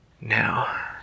Now